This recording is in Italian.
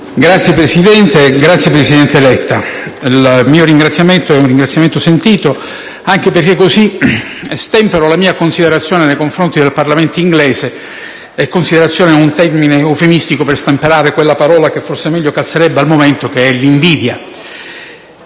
Signor Presidente, presidente Letta, il mio ringraziamento è sentito, anche perché così stempero la mia considerazione nei confronti del Parlamento inglese, e «considerazione» è un termine eufemistico per stemperare quella parola che forse meglio calzerebbe al momento, che è «invidia».